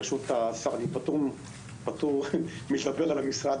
בראשות השר אני פטור מלדבר על המשרד